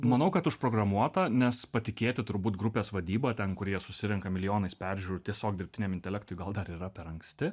manau kad užprogramuota nes patikėti turbūt grupės vadyba ten kurie jie susirenka milijonais peržiūrų tiesiog dirbtiniam intelektui gal dar yra per anksti